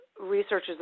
researchers